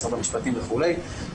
משרד המשפטים וכולי.